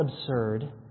absurd